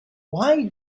why